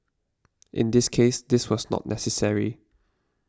in this case this was not necessary